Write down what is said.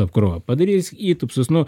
apkrova padarys įtūpstus nu